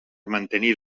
mantenir